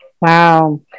Wow